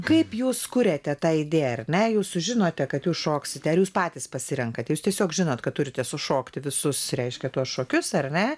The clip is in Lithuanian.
kaip jūs kuriate tą idėją ar ne jūs sužinote kad jūs šoksite ar jūs patys pasirenkate jūs tiesiog žinot kad turite sušokti visus reiškia tuos šokius ar ne